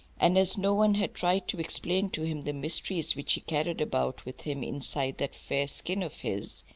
and as no one had tried to explain to him the mysteries which he carried about with him inside that fair skin of his,